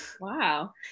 Wow